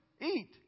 Eat